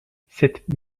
cette